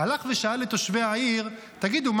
הלך ושאל את תושבי העיר: תגידו,